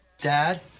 Dad